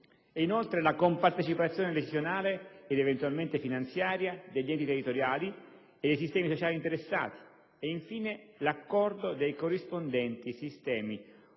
inoltre, la compartecipazione decisionale ed eventualmente finanziaria degli enti territoriali e dei sistemi sociali interessati; e, infine, l'accordo dei corrispondenti sistemi